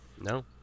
No